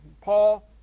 Paul